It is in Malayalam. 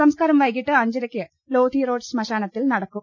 സംസ്കാരം വൈകീട്ട് അഞ്ചരക്ക് ലോധിറോഡ് ശ്മശാനത്തിൽ നടക്കും